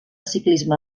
ciclisme